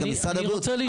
אז גם משרד הבריאות,